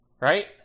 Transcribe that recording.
right